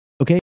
okay